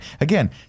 Again